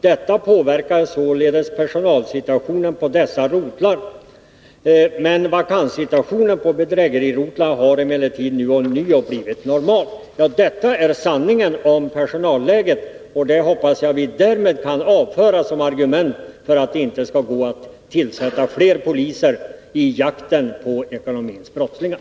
Detta påverkade således personalsituationen på dessa rotlar . Vakanssituationen på bedrägerirotlarna har emellertid nu ånyo blivit ”normal”.” Detta är sanningen om personalläget. ”Brist på personal” hoppas vi därmed kan avföras som argument för att det inte skulle gå att tillsätta fler poliser i jakten på ekonomins brottslingar.